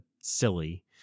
silly